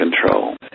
control